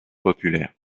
populaires